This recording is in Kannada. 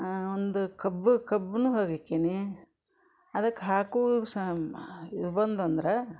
ಒಂದು ಕಬ್ಬು ಕಬ್ಬನ್ನೂ ಹಾಕೀನಿ ಅದಕ್ಕೆ ಹಾಕೋ ಸಮ್ ಇದು ಬಂದಂದ್ರೆ